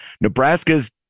Nebraska's